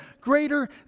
Greater